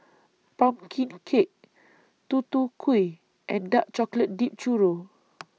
Pumpkin Cake Tutu Kueh and Dark Chocolate Dipped Churro